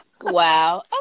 Wow